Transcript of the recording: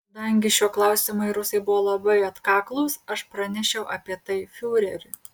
kadangi šiuo klausimu rusai buvo labai atkaklūs aš pranešiau apie tai fiureriui